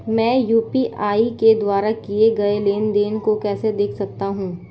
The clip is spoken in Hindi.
मैं यू.पी.आई के द्वारा किए गए लेनदेन को कैसे देख सकता हूं?